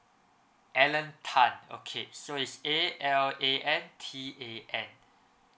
alan tan okay so is A L A N T A N